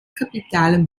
kapital